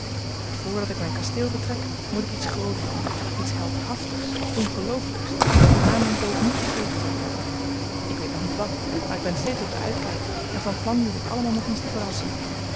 maar voordat ik mijn kasteel betrek moet ik iets groots doen iets heldhaftigs of ongeloofelijks dat na mijn dood niet vergeten zal worden ik weet nog niet wat maar ik ben steeds op den uitkijk en van plan jullie allemaal nog eens te verrassen